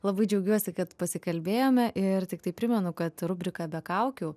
labai džiaugiuosi kad pasikalbėjome ir tiktai primenu kad rubrika be kaukių